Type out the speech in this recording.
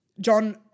John